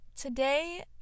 Today